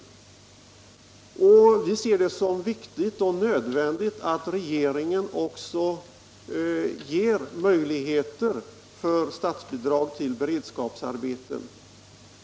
Vi ser det som viktigt och nödvändigt att regeringen ger möjligheter till statsbidrag för beredskapsarbeten.